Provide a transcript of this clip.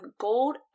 gold